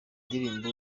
ndirimbo